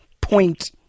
point